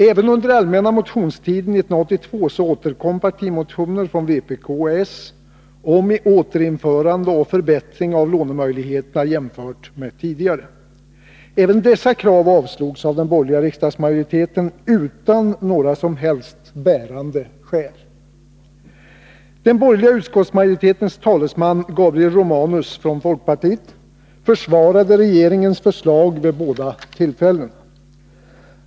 Även under allmänna motionstiden 1982 återkom partimotioner från vpk och socialdemokraterna om återinförande — och förbättring — av lånemöjliheterna. Även dessa krav avslogs av den borgerliga riksdagsmajoriteten utan några som helst bärande skäl. Den borgerliga utskottsmajoritetens talesman Gabriel Romanus från folkpartiet försvarade regeringens förslag vid båda tillfällena.